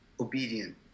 obedient